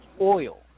oil